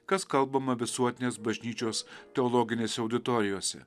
kas kalbama visuotinės bažnyčios teologinėse auditorijose